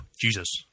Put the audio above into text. Jesus